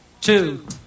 two